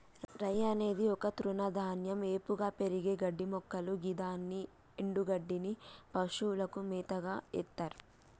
రై అనేది ఒక తృణధాన్యం ఏపుగా పెరిగే గడ్డిమొక్కలు గిదాని ఎన్డుగడ్డిని పశువులకు మేతగ ఎత్తర్